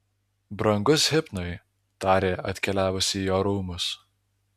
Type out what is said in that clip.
brangus hipnai tarė atkeliavusi į jo rūmus